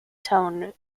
tone